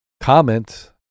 comment